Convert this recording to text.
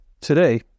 Today